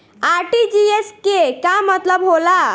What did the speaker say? RTGS के का मतलब होला?